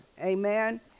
Amen